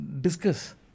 discuss